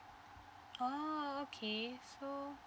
oh okay so